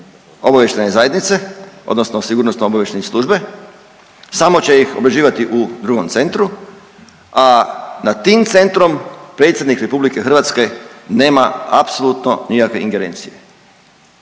obavještajne zajednice odnosno sigurnosno-obavještajne službe. Samo će ih obrađivati u drugom centru, a nad tim centrom Predsjednik Republike Hrvatske nema apsolutno nikakve ingerencije.